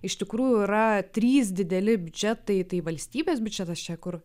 iš tikrųjų yra trys dideli biudžetai tai valstybės biudžetas čia kur